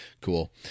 cool